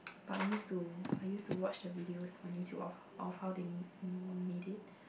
but I used to I used to watch the videos on YouTube of of how they made it